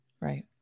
Right